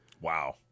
Wow